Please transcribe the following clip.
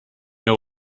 know